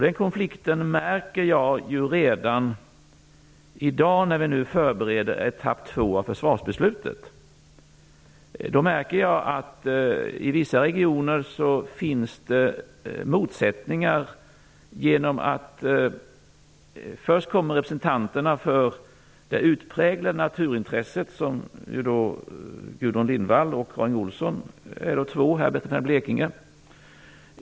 Den konflikten märker jag redan i dag när vi nu förbereder etapp två av försvarsbeslutet. I vissa regioner finns det motsättningar. Först kommer representanterna för det utpräglade naturintresset, och Gudrun Lindvall och Karin Olsson är här två representanter när det gäller Blekinge.